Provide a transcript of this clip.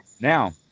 Now